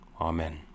Amen